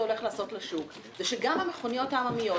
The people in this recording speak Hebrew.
הולך לעשות לשוק הם שגם המכוניות העממיות,